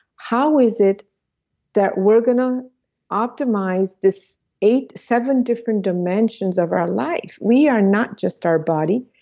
how is it that we're going to optimize this eight, seven different dimensions of our life? we are not just our body,